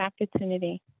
opportunity